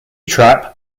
trap